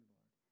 Lord